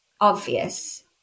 obvious